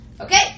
Okay